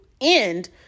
end